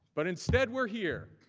but instead we are here